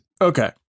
Okay